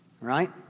Right